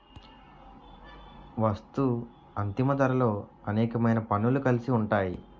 వస్తూ అంతిమ ధరలో అనేకమైన పన్నులు కలిసి ఉంటాయి